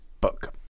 book